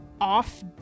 off